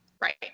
Right